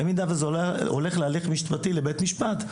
במידה וזה הולך להליך משפטי לבית משפט,